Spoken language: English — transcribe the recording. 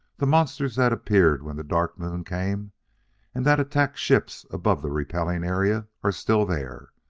the monsters that appeared when the dark moon came and that attacked ships above the repelling area are still there.